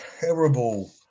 terrible